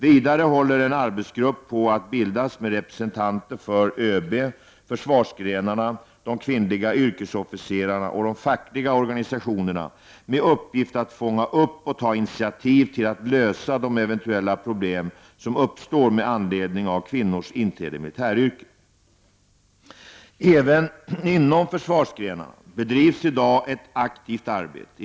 Vidare håller en arbetsgrupp på att bildas med representanter för överbefälhavaren, försvarsgrenarna, de kvinnliga yrkesofficerarna och de fackliga organisationerna med uppgift att fånga upp och ta initiativ till att lösa de eventuella problem som uppstår med anledning av kvinnors inträde i militäryrket. Även inom försvarsgrenarna bedrivs i dag ett aktivt arbete.